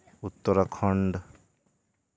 Uttarakhand